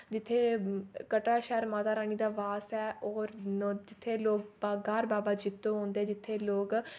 जित्थै कटरा शैह्र माता रानी दा वास ऐ और नो जित्थै लोक ग्हार बाबा जित्तो औंदे जित्थै लोक